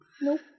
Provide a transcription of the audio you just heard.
Nope